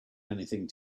anything